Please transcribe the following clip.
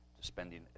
Spending